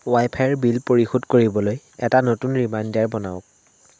ৱাইফাইৰ bill পৰিশোধ কৰিবলৈ এটা নতুন ৰিমাইণ্ডাৰ বনাওক